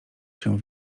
się